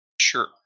Sure